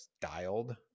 dialed